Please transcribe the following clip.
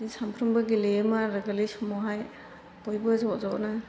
बिदिनो सानफ्रोमबो गेलेयोमोन आरो गोरलै समावहाय बयबो ज' ज'नो